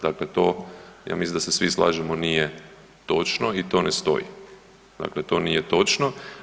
Dakle, ja mislim da se svi slažemo nije točno i to ne stoji, dakle to nije točno.